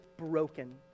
broken